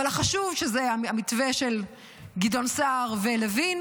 שזה המתווה של גדעון סער ולוין,